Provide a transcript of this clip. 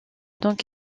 donc